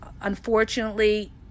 unfortunately